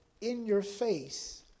in-your-face